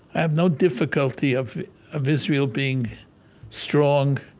i have no difficulty of of israel being strong